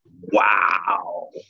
Wow